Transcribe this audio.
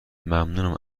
ممنونم